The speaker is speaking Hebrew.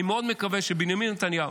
אני מאוד מקווה שבנימין נתניהו,